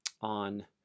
on